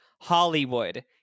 Hollywood